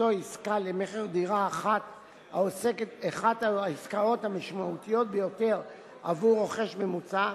בהיות עסקה למכר דירה אחת העסקאות המשמעותיות ביותר בעבור רוכש ממוצע,